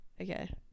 Okay